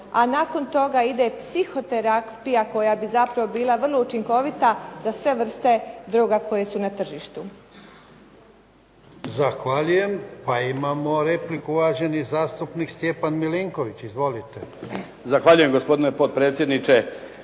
a nakon toga ide psihoterapija koja bi zapravo bila vrlo učinkovita za sve vrste droga koje su na tržištu.